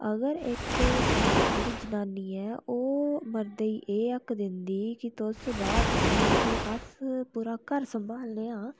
अगर इक जेह्ड़ी जनानी ऐ ओह् मर्दे गी हक्क दिंदी की तुस बाहर जाओ ते अस्स पूरा घर संभालने आं